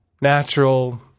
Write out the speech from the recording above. natural